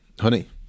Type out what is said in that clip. honey